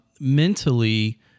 Mentally